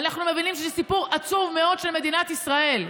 אנחנו מבינים שזה סיפור עצוב מאוד של מדינת ישראל.